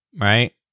right